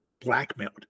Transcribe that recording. blackmailed